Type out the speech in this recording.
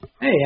Hey